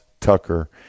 Tucker